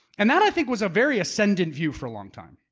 and that i think was a very ascendent view for a long time.